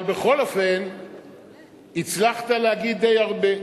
אבל בכל אופן הצלחת להגיד די הרבה.